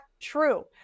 true